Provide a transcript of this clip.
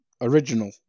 original